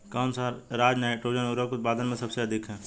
कौन सा राज नाइट्रोजन उर्वरक उत्पादन में सबसे अधिक है?